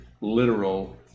literal